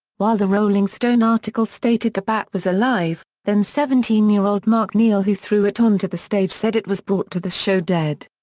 while the rolling stone article stated the bat was alive, then seventeen year old mark neal who threw it onto the stage said it was brought to the show dead.